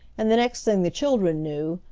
and the next thing the children knew,